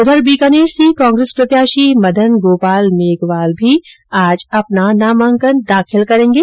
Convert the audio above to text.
उधर बीकानेर से कांग्रेस प्रत्याशी मदन गोपाल मेघवाल भी अपना नामांकन दाखिल करेंगे